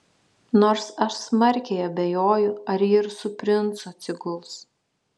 nors aš smarkiai abejoju ar ji ir su princu atsiguls